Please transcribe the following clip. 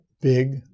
big